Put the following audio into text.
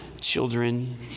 children